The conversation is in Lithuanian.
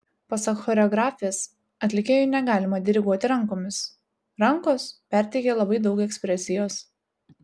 pasak choreografės atlikėjui negalima diriguoti rankomis rankos perteikia labai daug ekspresijos